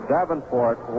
Davenport